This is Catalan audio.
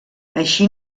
així